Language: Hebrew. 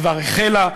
כבר החלה,